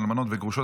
אלמנות וגרושות),